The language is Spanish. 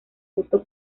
gusto